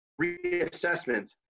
reassessment